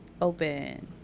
open